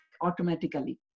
automatically